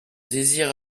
désire